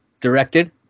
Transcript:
directed